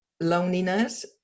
loneliness